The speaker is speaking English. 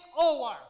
over